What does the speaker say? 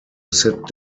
sit